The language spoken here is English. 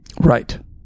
Right